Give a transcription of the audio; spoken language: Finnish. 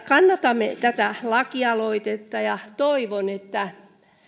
kannatamme tätä lakialoitetta ja toivon että